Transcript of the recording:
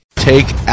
take